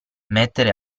mettere